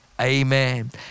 amen